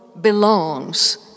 belongs